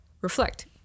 reflect